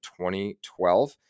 2012